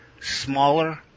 smaller